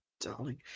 darling